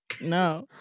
No